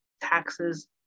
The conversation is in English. taxes